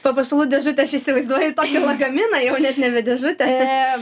papuošalų dėžutė aš įsivaizduoju tokį lagaminą jau net nebe dėžutę